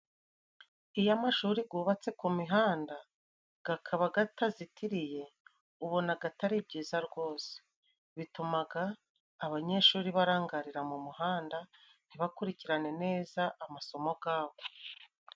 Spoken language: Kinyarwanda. Iyo amashuri gubatse ku mihanda gakaba gatazitiriye ubonaga gatari byiza rwose bitumaga abanyeshuri barangarira mu muhanda ntibakurikirane neza amasomo gabo.